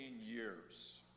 years